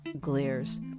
glares